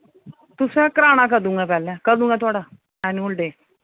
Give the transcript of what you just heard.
तुसें कराना कदूं ऐ पैह्लैं कदूं ऐ थुआड़ा ऐनूअल डे